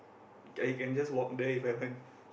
I can just walk there If I want